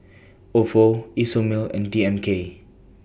Ofo Isomil and D M K